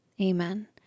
amen